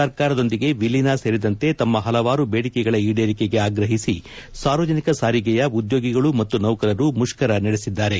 ಸರ್ಕಾರದೊಂದಿಗೆ ವಿಲೀನ ಸೇರಿದಂತೆ ತಮ್ಮ ಹಲವಾರು ಬೇಡಿಕೆಗಳ ಈಡೇರಿಕೆಗೆ ಆಗ್ರಹಿಸಿ ಸಾರ್ವಜನಿಕ ಸಾರಿಗೆಯ ಉದ್ಯೋಗಿಗಳು ಮತ್ತು ನೌಕರರು ಮುಷ್ಕರ ನಡೆಸಿದ್ದಾರೆ